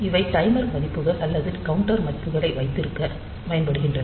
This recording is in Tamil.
இவை டைமர் மதிப்புகள் அல்லது கவுண்டர் மதிப்புகளை வைத்திருக்கப் பயன்படுகின்றன